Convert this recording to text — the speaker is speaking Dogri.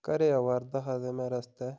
घरै आवा'रदा हा ते में रस्तै